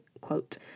quote